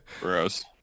Gross